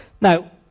Now